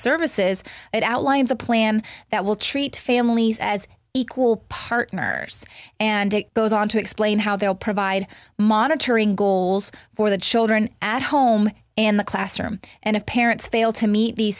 services it outlines a plan that will treat families as equal partners and it goes on to explain how they'll provide monitoring goals for the children at home and the classroom and if parents fail to meet the